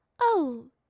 Oh